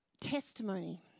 testimony